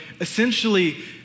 essentially